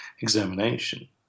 examination